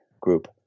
group